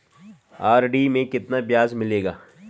RD में कितना ब्याज मिलेगा?